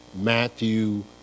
Matthew